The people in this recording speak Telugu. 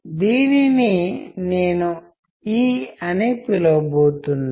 కాబట్టి అతని శరీరం లేదా జీవంలేని మృత శరీరం మనకు ఏదో తెలియజేయగలుగుతున్నాయి